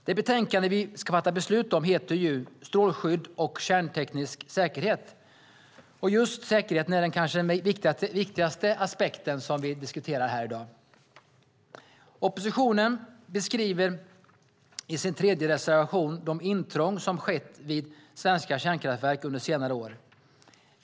Det betänkande vi ska fatta beslut om heter ju Strålningsskydd och kärnteknisk säkerhet , och just säkerheten är den kanske viktigaste aspekten vi diskuterar i dag. Oppositionen beskriver i sin tredje reservation de intrång som har skett vid svenska kärnkraftverk under senare år.